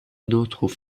notruf